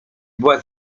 była